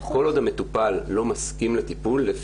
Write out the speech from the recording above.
כל עוד המטופל לא מסכים לטיפול,